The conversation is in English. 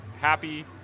happy